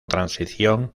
transición